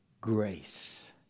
grace